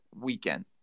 weekend